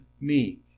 meek